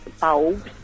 bulbs